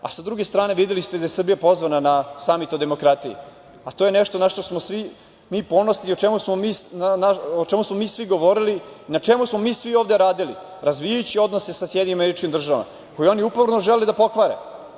Sa druge strane, videli ste da je Srbija pozvana na Samit o demokratiji, a to je nešto na šta smo svi mi ponosni i o čemu smo mi svi govorili, na čemu smo mi svi ovde radili razvijajući odnose sa SAD koje oni upravo žele da pokvare.